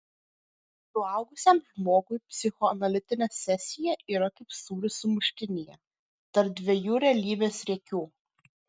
suaugusiam žmogui psichoanalitinė sesija yra kaip sūris sumuštinyje tarp dviejų realybės riekių